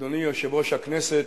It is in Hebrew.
אדוני יושב-ראש הכנסת,